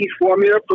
formula